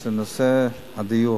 וזה נושא הדיור.